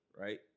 Right